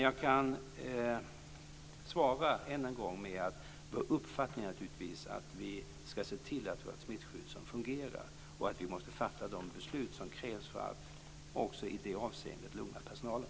Däremot kan jag ännu en gång svara att vår uppfattning naturligtvis är att vi ska se till att vi har ett smittskydd som fungerar och att vi måste fatta de beslut som krävs för att också i det avseendet lugna personalen.